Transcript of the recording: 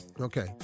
Okay